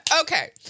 Okay